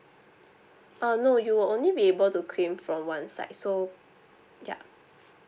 uh no you will only be able to claim from one side so yeah